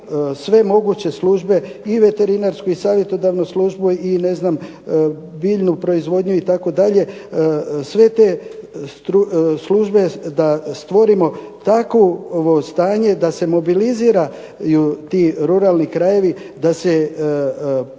sve moguće službe i veterinarsku i savjetodavnu službu i biljnu proizvodnju itd., sve te službe da stvorimo takvo stanje da se mobiliziraju ti ruralni krajevi, da se proizvodi